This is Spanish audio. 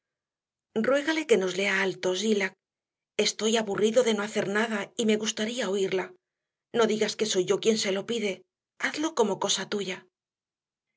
ruégale que nos lea alto zillah estoy aburrido de no hacer nada y me gustaría oírla no digas que soy yo quien se lo pide hazlo como cosa tuya